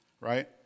right